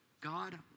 God